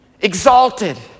exalted